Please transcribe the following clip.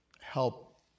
help